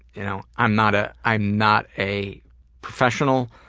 you know, i'm not ah i'm not a professional.